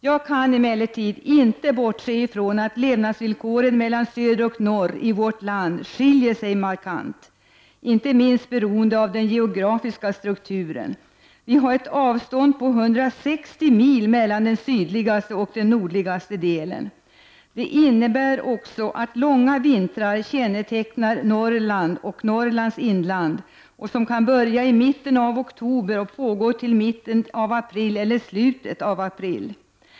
Jag kan emellertid inte bortse från att levnadsvillkoren mellan söder och norr i vårt land skiljer sig markant. Inte minst beror detta på den geografiska strukturen. Vi har ett avstånd på 160 mil mellan den sydligaste och nordligaste delen. Det innebär också att långa vintrar kännetecknar Norrland och Norrlands inland, vilka kan börja i mitten av oktober och pågå till mitten eller slutet av april.